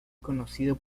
conocido